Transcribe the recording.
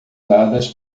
dadas